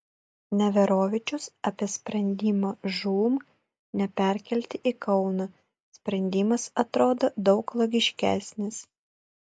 neverovičius apie sprendimą žūm neperkelti į kauną sprendimas atrodo daug logiškesnis